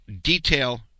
detail